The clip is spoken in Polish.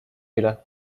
ile